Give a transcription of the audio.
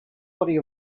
body